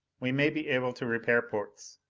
we may be able to repair ports.